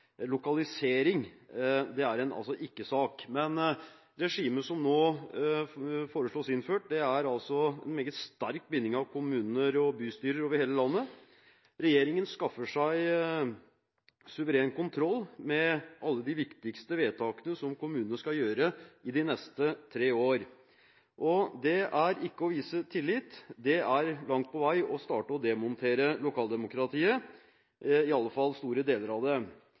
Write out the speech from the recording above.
lokalisering er en ikke-sak. Men regimet som nå foreslås innført, er en meget sterk binding av kommuner og bystyrer over hele landet. Regjeringen skaffer seg suveren kontroll med alle de viktigste vedtakene som kommunene skal gjøre i de neste tre år. Det er ikke å vise tillit. Det er langt på vei å begynne å demontere lokaldemokratiet – i alle fall store deler av det.